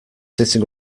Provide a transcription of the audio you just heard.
sitting